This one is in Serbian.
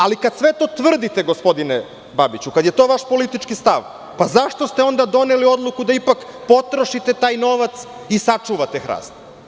Ali, kad sve to tvrdite gospodine Babiću, kad je to vaš politički stav, zašto ste onda doneli odluku da ipak potrošite taj novac i sačuvate hrast.